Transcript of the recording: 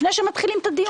לפני שמתחילים את הדיון הזה.